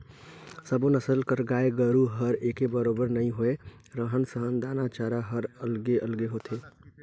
सब्बो नसल कर गाय गोरु हर एके बरोबर नी होय, रहन सहन, दाना चारा हर अलगे अलगे होथे